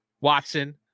Watson